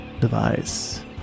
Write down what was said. device